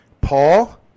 Paul